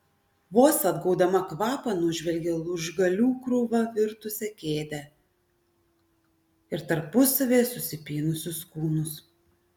vos atgaudama kvapą nužvelgė lūžgalių krūva virtusią kėdę ir tarpusavyje susipynusius kūnus